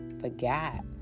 forgot